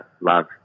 love